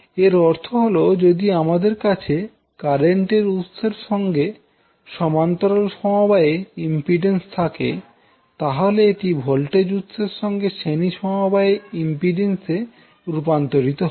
এর অর্থ হল যদি আমাদের কাছে কারেন্টের উৎস এর সঙ্গে সমান্তরাল সমবায়ে ইম্পিড্যান্স থাকে তাহলে এটি ভোল্টেজ উৎস এর সঙ্গে শ্রেণী সমবায়ে ইম্পিড্যান্স এ রূপান্তরিত হবে